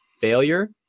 failure